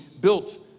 built